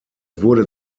wurde